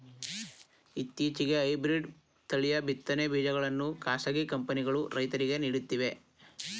ಇತ್ತೀಚೆಗೆ ಹೈಬ್ರಿಡ್ ತಳಿಯ ಬಿತ್ತನೆ ಬೀಜಗಳನ್ನು ಖಾಸಗಿ ಕಂಪನಿಗಳು ರೈತರಿಗೆ ನೀಡುತ್ತಿವೆ